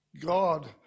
God